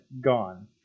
gone